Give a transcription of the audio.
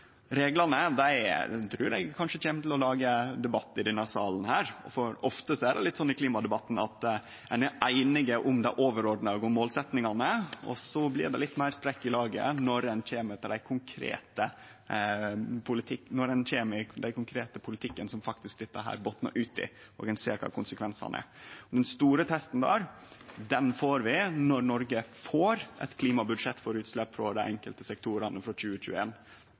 trur eg kanskje kjem til å lage debatt i denne salen, for ofte er det litt slik i klimadebatten at ein er einig om det overordna og om målsetjingane, og så blir det litt meir strekk i laget når ein kjem til den konkrete politikken som dette faktisk botnar ut i, og ein ser kva konsekvensane er. Den store testen der får vi når Noreg får eit klimabudsjett for utslepp frå dei enkelte sektorane frå